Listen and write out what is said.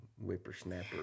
whippersnapper